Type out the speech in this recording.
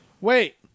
Wait